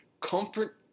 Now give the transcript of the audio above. comfort